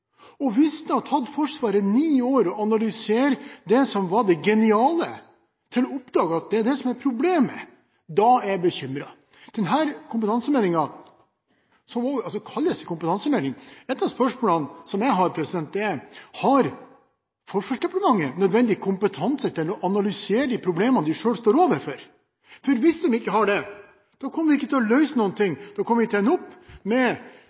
siden. Hvis det har tatt Forsvaret ni år å analysere det som var det geniale, før man oppdaget at det er det som var problemet, er jeg bekymret. Denne meldingen kalles altså kompetansemeldingen, og et av spørsmålene som jeg har, er: Har Forsvarsdepartementet nødvendig kompetanse til å analysere de problemene de selv står overfor? Hvis de ikke har det, kommer vi ikke til å løse noen ting. Da kommer vi til å ende opp med